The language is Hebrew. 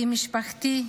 עם משפחתי,